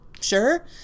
sure